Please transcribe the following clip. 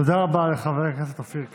תודה רבה לחבר הכנסת אופיר כץ.